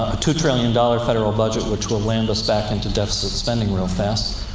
ah two-trillion-dollar federal budget, which will land us back into deficit spending real fast.